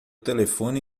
telefone